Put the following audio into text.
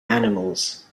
animals